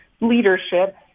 leadership